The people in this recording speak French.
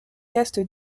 caste